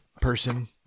person